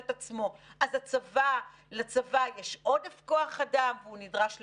את עצמו: אז לצבא יש עודף כוח אדם והוא נדרש לפחות?